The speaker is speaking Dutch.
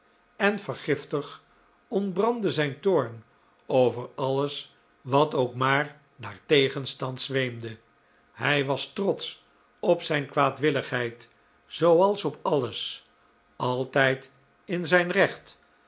en vergiftig ontbrandde zijn toorn over alles wat ook maar naar tegenstand zweemde hij was trotsch op zijn kwaadwilligheid zooals op alles altijd in zijn recht